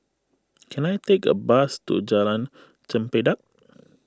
can I take a bus to Jalan Chempedak